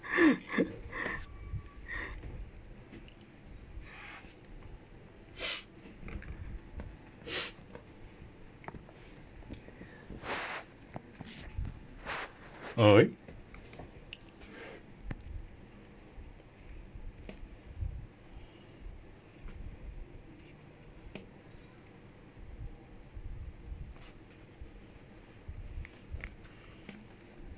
!oi!